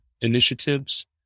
initiatives